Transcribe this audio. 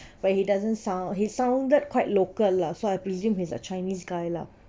but he doesn't sound he sounded quite local lah so I presume he's a chinese guy lah